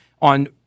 on